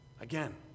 Again